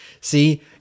See